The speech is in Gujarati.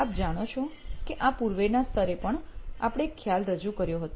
આપ જાણો છો કે આ પૂર્વેના સ્તરે પણ આપણે એક ખ્યાલ રજૂ કર્યો હતો